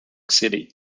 city